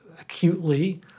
acutely